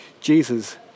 Jesus